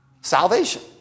Salvation